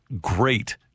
great